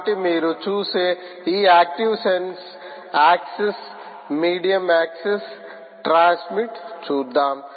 కాబట్టి మీరు చూసే ఈ యాక్టివ్సెన్స్ యాక్సెస్ మీడియం యాక్సెస్ ట్రాన్స్మిట్ చూద్దాం